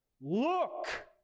Look